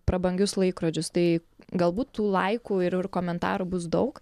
prabangius laikrodžius tai galbūt tų laikų ir ir komentarų bus daug